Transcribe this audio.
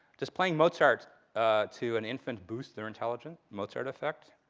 does playing mozart to an infant boost their intelligence, mozart effect?